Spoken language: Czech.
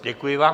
Děkuji vám.